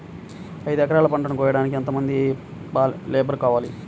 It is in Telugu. ఐదు ఎకరాల పంటను కోయడానికి యెంత మంది లేబరు కావాలి?